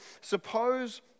suppose